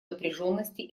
напряженности